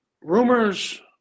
rumors